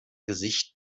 gesicht